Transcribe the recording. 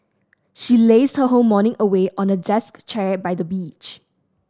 she lazed her whole morning away on a desk chair by the beach